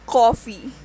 coffee